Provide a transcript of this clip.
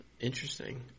Interesting